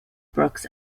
brooks